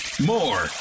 More